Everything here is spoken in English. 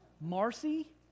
Marcy